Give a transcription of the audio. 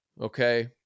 okay